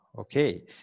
Okay